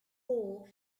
whole